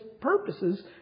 purposes